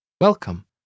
Welcome